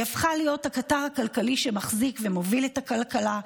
היא הפכה להיות הקטר הכלכלי שמחזיק ומוביל את הכלכלה,